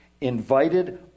invited